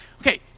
Okay